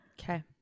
Okay